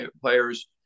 players